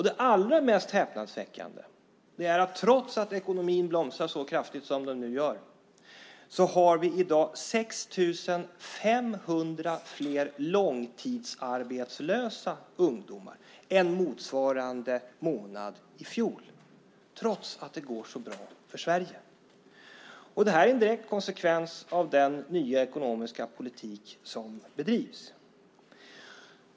Det allra mest häpnadsväckande är att trots att ekonomin blomstrar så kraftigt som den nu gör har vi i dag 6 500 fler långtidsarbetslösa ungdomar än motsvarande månad i fjol. Så är det trots att det går så bra för Sverige. Det här är en direkt konsekvens av den nya ekonomiska politik som bedrivs.